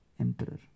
emperor